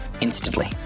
instantly